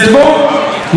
או המיעוט הרע,